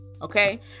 Okay